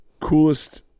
coolest